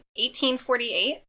1848